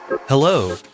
Hello